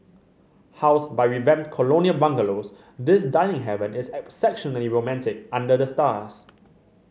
housed by revamped colonial bungalows this dining haven is exceptionally romantic under the stars